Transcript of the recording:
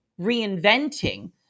reinventing